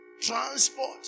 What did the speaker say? Transport